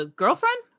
girlfriend